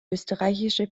österreichische